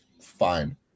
Fine